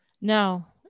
now